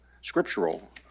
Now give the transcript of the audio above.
scriptural